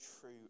true